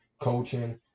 coaching